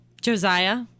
Josiah